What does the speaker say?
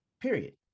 Period